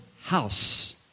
House